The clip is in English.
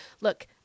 look